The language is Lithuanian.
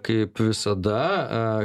kaip visada